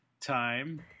time